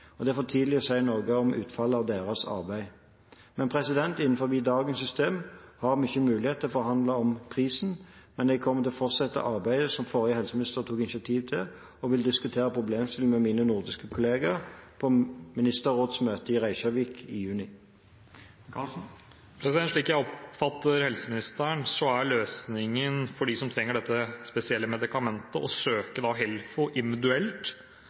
Det er for tidlig å si noe om utfallet av deres arbeid. Innenfor dagens system har vi ikke mulighet til å forhandle om prisen, men jeg kommer til å fortsette arbeidet som forrige helseminister tok initiativ til, og vil diskutere problemstillingene med mine nordiske kolleger på ministerrådsmøte i Reykjavik i juni. Slik jeg oppfatter helseministeren, er løsningen for dem som trenger dette spesielle medikamentet, å søke HELFO